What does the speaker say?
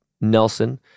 Nelson